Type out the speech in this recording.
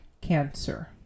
Cancer